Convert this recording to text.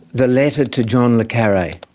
the letter to john le carre.